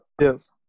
Yes